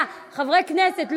חברי הכנסת,